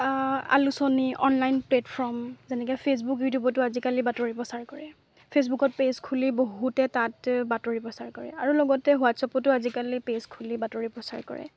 আলোচনী online platform যেনেকৈ Facebook ইউটিউবতো আজিকালি বাতৰি প্ৰচাৰ কৰে ফে'চবুকত পেজ খুলি বহুতে তাত বাতৰি প্ৰচাৰ কৰে আৰু লগতে হোৱাটছএপতো আজিকালি পেজ খুলি বাতৰি প্ৰচাৰ কৰে